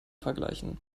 vergleichen